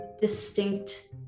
distinct